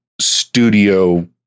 studio